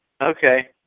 Okay